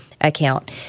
account